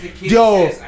Yo